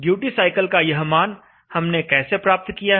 duty cycle का यह मान हमने कैसे प्राप्त किया है